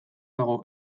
dago